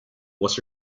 was